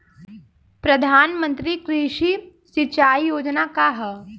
प्रधानमंत्री कृषि सिंचाई योजना का ह?